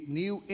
new